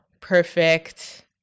perfect